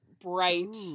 bright